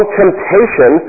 temptation